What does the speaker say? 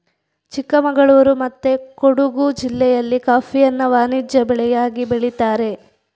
ಚಿಕ್ಕಮಗಳೂರು ಮತ್ತೆ ಕೊಡುಗು ಜಿಲ್ಲೆಯಲ್ಲಿ ಕಾಫಿಯನ್ನ ವಾಣಿಜ್ಯ ಬೆಳೆಯಾಗಿ ಬೆಳೀತಾರೆ